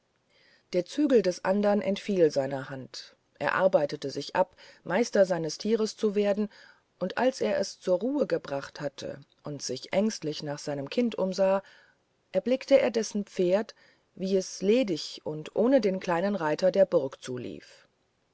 der zügel des andern entfiel seiner hand er arbeitet sich ab meister seines tieres zu werden und als er es zur ruhe gebracht hatte und sich ängstlich nach seinem kind umsah erblickte er dessen pferd wie es ledig und ohne den kleinen reiter der burg zulief